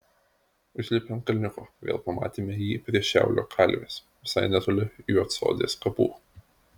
užlipę ant kalniuko vėl pamatėme jį prie šiaulio kalvės visai netoli juodsodės kapų